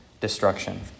destruction